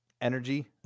energy